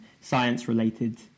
science-related